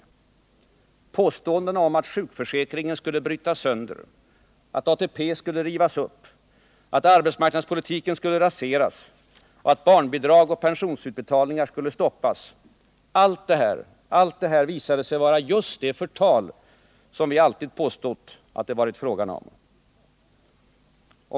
Alla påståenden om att sjukförsäkringen skulle brytas sönder, att ATP skulle rivas upp, att arbetsmarknadspolitiken skulle raseras och att barnbidrag och pensionsutbetalningar skulle stoppas visade sig vara just det förtal, som vi alltid påstått att det varit fråga om.